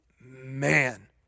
Man